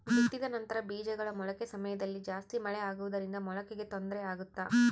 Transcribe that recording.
ಬಿತ್ತಿದ ನಂತರ ಬೇಜಗಳ ಮೊಳಕೆ ಸಮಯದಲ್ಲಿ ಜಾಸ್ತಿ ಮಳೆ ಆಗುವುದರಿಂದ ಮೊಳಕೆಗೆ ತೊಂದರೆ ಆಗುತ್ತಾ?